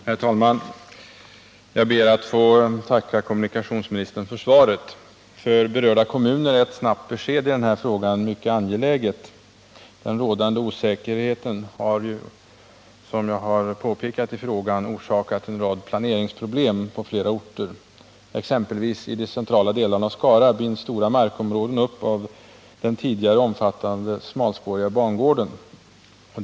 Herr talman! Jag ber att få tacka kommunikationsministern för svaret. För berörda kommuner är ett snabbt besked i detta ärende mycket angeläget. Den rådande osäkerheten har, som jag påpekat i min fråga, orsakat planeringsproblem på flera orter. I exempelvis de centrala delarna av Skara binds stora markområden upp av den omfattande bangården för den smalspåriga järnvägen.